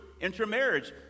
intermarriage